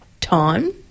time